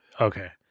Okay